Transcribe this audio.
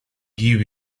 give